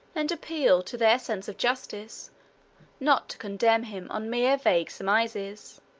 and appealed to their sense of justice not to condemn him on mere vague surmises.